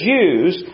Jews